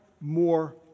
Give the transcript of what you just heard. more